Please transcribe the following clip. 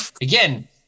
again